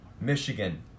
Michigan